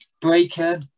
Breaker